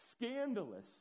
scandalous